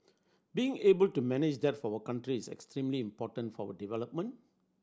being able to manage that for our country is extremely important for our development